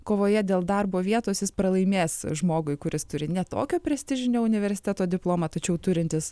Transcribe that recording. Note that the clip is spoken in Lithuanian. kovoje dėl darbo vietos jis pralaimės žmogui kuris turi ne tokio prestižinio universiteto diplomą tačiau turintis